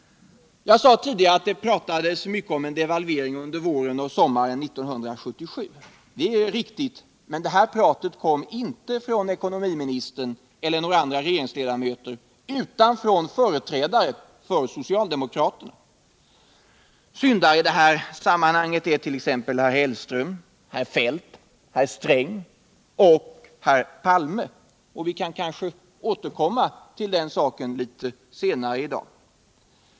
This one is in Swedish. Jag sade tidigare att det pratades mycket om en devalvering under våren och sommaren 1977. Det är riktigt, men det pratet kom inte från ekonomiministern eller några andra regeringsledamöter, utan från företrädare för socialdemokraterna. Stora syndare i detta sammanhang är t.ex. herr Hellström, herr Feldt, herr Sträng och herr Palme; vi kan kanske återkomma till den saken litet senare i dag.